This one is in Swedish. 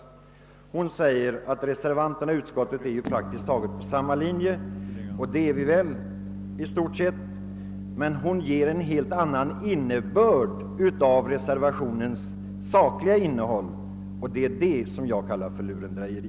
Fru Nettelbrandt säger att reservanterna och utskottsmajoriteten står på praktiskt taget samma linje, och det gör vi väl i stort sett, men hon vill ge en helt annan innebörd åt reservationens sakliga innehåll, och det är det som jag kallar lurendrejeri.